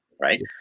right